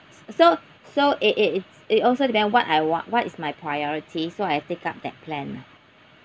so so it it's it also depend what I want what is my priority so I take up that plan lah